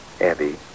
Abby